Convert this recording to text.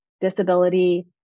disability